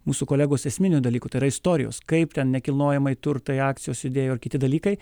mūsų kolegos esminių dalykų yra istorijos kaip ten nekilnojamąjį turtai akcijos judėjo kiti dalykai